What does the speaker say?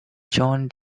john